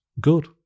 good